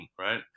right